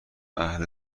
اهل